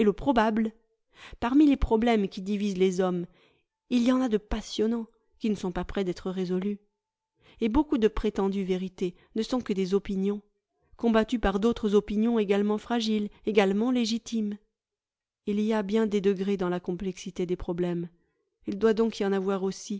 probable parmi les problèmes qui divisent les hommes il y en a de passionnants qui ne sont pas près d'être résolus et beaucoup de prétendues vérités ne sont que des opinions combattues par d'autres opinions également fragiles également légitimes il y a bien des degrés dans la complexité des problèmes il doit donc y en avoir aussi